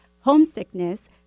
homesickness